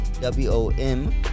w-o-m